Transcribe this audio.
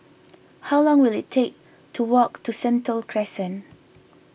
how long will it take to walk to Sentul Crescent